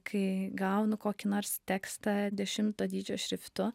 kai gaunu kokį nors tekstą dešimto dydžio šriftu